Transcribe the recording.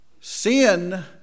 Sin